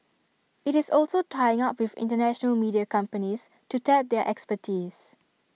IT is also tying up with International media companies to tap their expertise